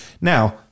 now